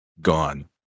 gone